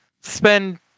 spend